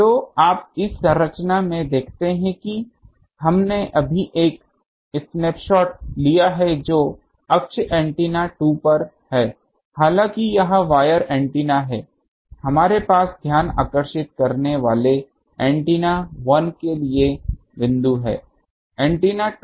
तो आप इस संरचना में देखते हैं कि हमने अभी एक स्नैपशॉट लिया है जो अक्ष एंटीना 2 पर है हालांकि यह वायर एंटीना है हमारे पास ध्यान आकर्षित करने वाले एंटीना 1 के लिए बिंदु है एंटीना 2